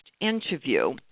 interview